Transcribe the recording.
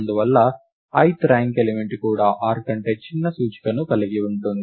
అందువలన ith rank element కూడా r కంటే చిన్న సూచికను కలిగి ఉంటుంది